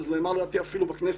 אבל זה נאמר לדעתי אפילו בכנסת,